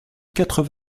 quatre